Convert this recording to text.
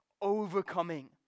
overcoming